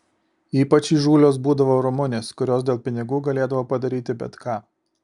ypač įžūlios būdavo rumunės kurios dėl pinigų galėdavo padaryti bet ką